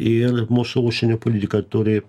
ir mūsų užsienio politika turi